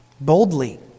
boldly